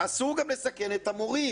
אסור גם לסכן את המורים.